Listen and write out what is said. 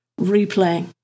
replaying